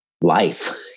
life